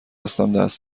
دست